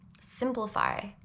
Simplify